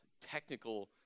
technical